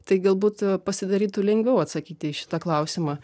tai galbūt pasidarytų lengviau atsakyti į šitą klausimą